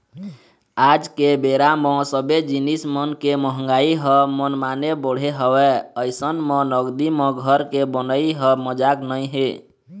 आज के बेरा म सब्बे जिनिस मन के मंहगाई ह मनमाने बढ़े हवय अइसन म नगदी म घर के बनई ह मजाक नइ हे